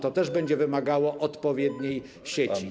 To też będzie wymagało odpowiedniej sieci.